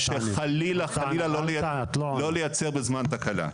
חלילה לא לייצר בזמן תקלה.